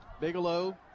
Bigelow